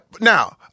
Now